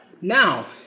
Now